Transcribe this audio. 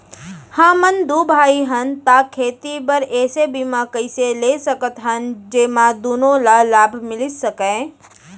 हमन दू भाई हन ता खेती बर ऐसे बीमा कइसे ले सकत हन जेमा दूनो ला लाभ मिलिस सकए?